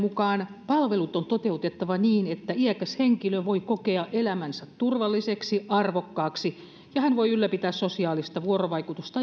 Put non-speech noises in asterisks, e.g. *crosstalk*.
mukaan palvelut on toteutettava niin että iäkäs henkilö voi kokea elämänsä turvalliseksi arvokkaaksi ja hän voi ylläpitää sosiaalista vuorovaikutusta *unintelligible*